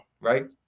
right